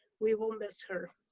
we will miss her.